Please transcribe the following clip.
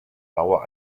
bauer